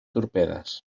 torpedes